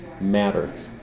matter